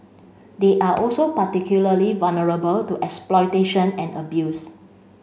they are also particularly vulnerable to exploitation and abuse